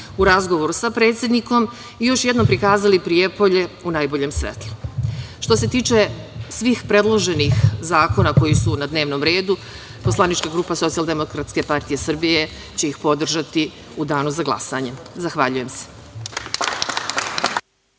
u razgovoru sa predsednikom i još jednom prikazali Prijepolje u najboljem svetlu. Što se tiče svih predloženih zakona koji su na dnevnom redu, poslanička grupa Socijaldemokratske partije Srbije će ih podržati u danu za glasanje. Zahvaljujem se.